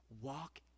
walk